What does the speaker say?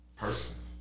person